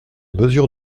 mesures